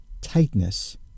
tightness